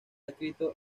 adscrito